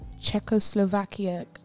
Czechoslovakia